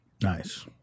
Nice